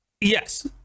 yes